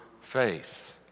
faith